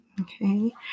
okay